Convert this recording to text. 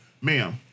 Ma'am